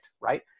right